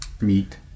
meat